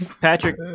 Patrick